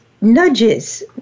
nudges